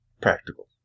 practical